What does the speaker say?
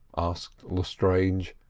asked lestrange,